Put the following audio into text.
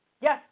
Yes